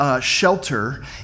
shelter